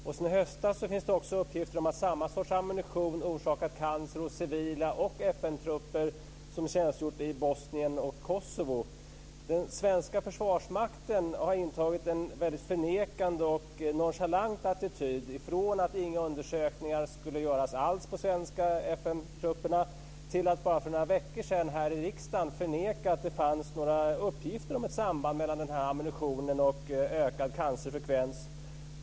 Och sedan i höstas finns det också uppgifter om att samma sorts ammunition orsakat cancer hos civila och FN-trupper som tjänstgjort i Den svenska försvarsmakten har intagit en väldigt förnekande och nonchalant attityd, från att inga undersökningar alls skulle göras på de svenska FN trupperna till att bara för några veckor sedan här i riksdagen förneka att det fanns några uppgifter om ett samband mellan denna ammunition och ökad cancerfrekvens.